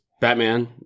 Batman